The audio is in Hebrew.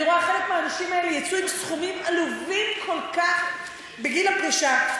אני רואה שחלק מהאנשים האלה יצאו עם סכומים עלובים כל כך בגיל הפרישה,